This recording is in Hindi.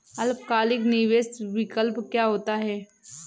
अल्पकालिक निवेश विकल्प क्या होता है?